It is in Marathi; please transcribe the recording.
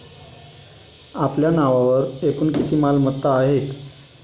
आपल्या नावावर एकूण किती मालमत्ता आहेत?